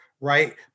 right